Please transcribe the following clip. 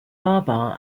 baba